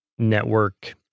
network